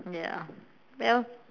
ya well